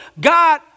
God